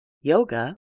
yoga